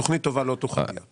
תוכנית טובה לא תוכל לצאת מזה.